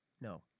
No